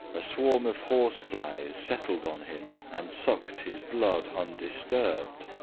a swarm of horseflies settled on him and sucked his blood undisturbed,